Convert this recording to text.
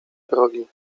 progi